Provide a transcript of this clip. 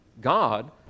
God